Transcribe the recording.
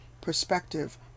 perspective